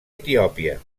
etiòpia